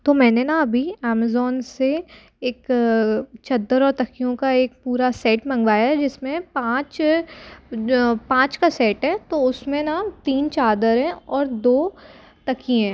तो मैंने ना अभी अमेज़ोन से एक चद्दर और तकियों का एक पूरा सेट मंगवाया है जिसमें पाँच पाँच का सेट है तो उसमें ना तीन चादर हैं और दो तकिए हैं